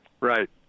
Right